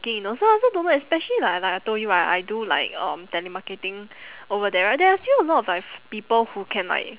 ~ing you know so I also don't know especially like like I told you I I do like um telemarketing over there right there are still a lot of like f~ people who can like